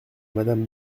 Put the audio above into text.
madame